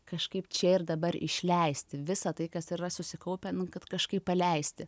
kažkaip čia ir dabar išleisti visą tai kas yra susikaupę kad kažkaip paleisti